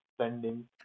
spending